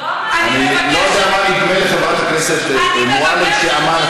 אני לא יודע מה נדמה לחברת הכנסת מועלם שאמרת,